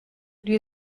die